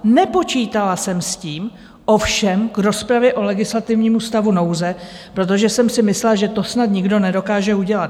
Nepočítala jsem s tím ovšem k rozpravě o legislativnímu stavu nouze, protože jsem si myslela, že to snad nikdo nedokáže udělat.